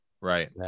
right